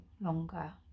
longer